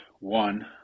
one